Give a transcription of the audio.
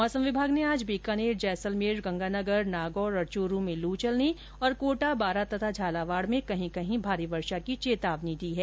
मौसम विभाग ने आज बीकानेर जैसलमेर श्रीगंगानगर नागौर तथा चुरू में लू चलने तथा कोटा बारां और झालावाड में कहीं कहीं भारी वर्षा की चेतावनी जारी की है